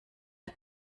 der